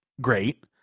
great